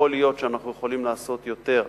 יכול להיות שאנחנו יכולים לעשות יותר,